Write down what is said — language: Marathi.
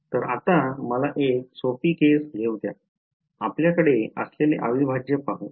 तर आता मला एक सोपा केस घेऊ द्या आपल्याकडे असलेले अविभाज्य पाहू